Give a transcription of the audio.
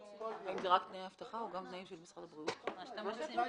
אם כל תנאי כאן, אני לא מכיר את